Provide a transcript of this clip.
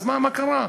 אז מה, מה קרה?